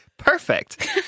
perfect